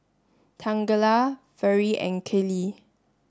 Tangela Vere and Kellee